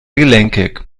gelenkig